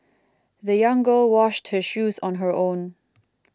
the young girl washed her shoes on her own